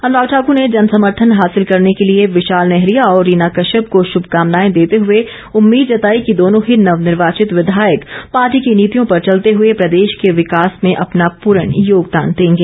अनुराग ठाकूर ने जनसमर्थन हासिल करने के लिए विशाल नेहरिया और रीना कश्यप को श्भकामनाएं देते हुए उम्मीद जताई कि दोनों ही नवनिर्वाचित विधायक पार्टी की नीतियों पर चलते हुए प्रदेश के विकॉस में अपना पूर्ण योगदान देंगे